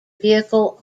vehicle